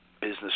business